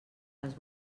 les